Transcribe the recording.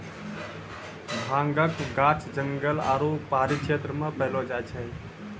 भांगक गाछ जंगल आरू पहाड़ी क्षेत्र मे पैलो जाय छै